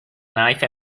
knife